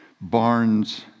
barns